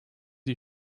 you